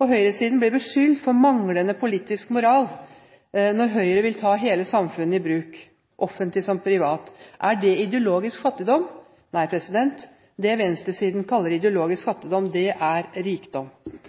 Høyresiden blir beskyldt for manglende politisk moral når Høyre vil ta hele samfunnet i bruk – offentlig som privat. Er det ideologisk fattigdom? Nei, det venstresiden kaller ideologisk fattigdom, er rikdom.